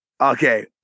okay